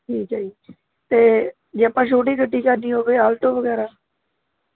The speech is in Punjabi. ਠੀਕ ਹੈ ਜੀ ਅਤੇ ਜੇ ਆਪਾਂ ਛੋਟੀ ਗੱਡੀ ਕਰਨੀ ਹੋਵੇ ਆਲਟੋ ਵਗੈਰਾ